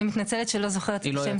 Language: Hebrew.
אני מתנצלת שאני לא זוכרת את השם.